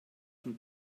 von